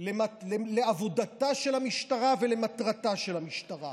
לעבודתה של המשטרה ולמטרתה של המשטרה.